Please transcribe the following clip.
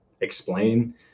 explain